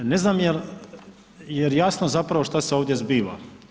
Ne znam jel, jer jasno zapravo šta se ovdje zbiva?